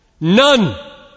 None